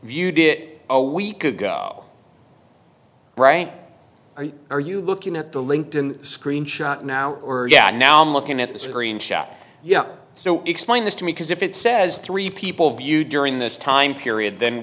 it a week ago right or are you looking at the linked in screen shot now or now i'm looking at the screen shot yeah so explain this to me because if it says three people view during this time period then